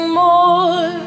more